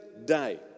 Day